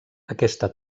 aquesta